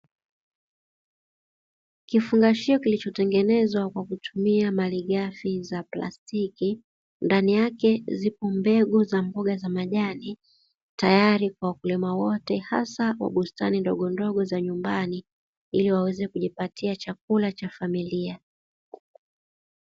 Kifungashio kilicho tengenezwa kwa kutumia malighafi za plastiki ndani yake ziko mbegu za mboga za majani tayari kwa wakulima wote haswa wa bustani ndogondogo za nyumbani, ili waweze kujipatia chakula cha familia.